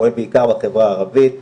שפועל בעיקר בחברה הערבית,